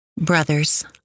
Brothers